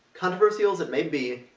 controversial as it may be,